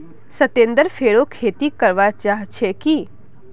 सत्येंद्र फेरो खेती करवा चाह छे की